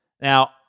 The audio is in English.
Now